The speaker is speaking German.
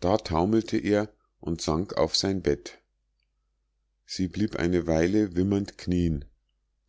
da taumelte er und sank auf sein bett sie blieb eine weile wimmernd knien